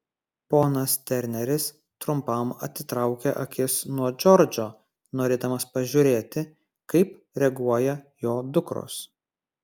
ponas terneris trumpam atitraukė akis nuo džordžo norėdamas pažiūrėti kaip reaguoja jo dukros